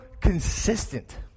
consistent